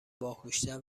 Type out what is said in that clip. باهوشتر